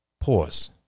pause